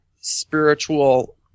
spiritual